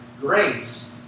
Grace